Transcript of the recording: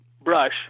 brush